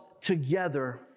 together